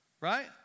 right